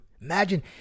Imagine